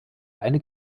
eine